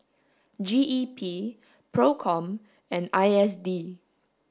G E P PROCOM and I S D